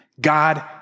God